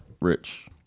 rich